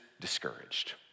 discouraged